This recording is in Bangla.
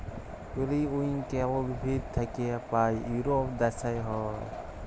পেরিউইঙ্কেল উদ্ভিদ থাক্যে পায় ইউরোপ দ্যাশে হ্যয়